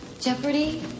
Jeopardy